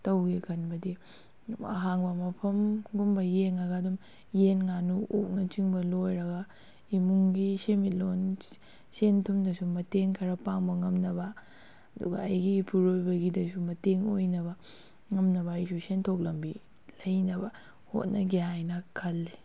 ꯇꯧꯒꯦ ꯈꯟꯕꯗꯤ ꯑꯍꯥꯡꯕ ꯃꯐꯝꯒꯨꯝꯕ ꯌꯦꯡꯉꯒ ꯌꯦꯟ ꯉꯥꯅꯨ ꯑꯣꯛꯅꯆꯤꯡꯕ ꯂꯣꯏꯔꯒ ꯏꯃꯨꯡꯒꯤ ꯁꯦꯟꯃꯤꯠꯂꯣꯟ ꯁꯦꯟ ꯊꯨꯝꯗꯁꯨ ꯃꯇꯦꯡ ꯈꯔ ꯄꯥꯡꯕ ꯉꯝꯅꯕ ꯑꯗꯨꯒ ꯑꯩꯒꯤ ꯏꯄꯨꯔꯑꯣꯏꯕꯒꯤꯗꯁꯨ ꯃꯇꯦꯡ ꯑꯣꯏꯅꯕ ꯉꯝꯅꯕ ꯑꯩꯁꯨ ꯁꯦꯟꯊꯣꯛ ꯂꯝꯕꯤ ꯂꯩꯅꯕ ꯍꯣꯠꯅꯒꯦ ꯍꯥꯏꯅ ꯈꯜꯂꯤ